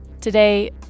today